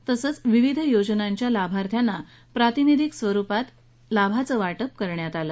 तसंच विविध योजनांच्या लाभार्थ्यांना प्रातिनिधिक स्वरूपात लाभाचं वाटप करण्यात आलं